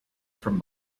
from